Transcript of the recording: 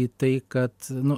į tai kad nu